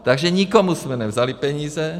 Takže nikomu jsme nevzali peníze.